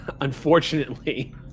unfortunately